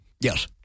Yes